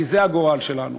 כי זה הגורל שלנו.